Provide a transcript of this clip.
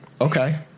Okay